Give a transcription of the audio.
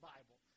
Bible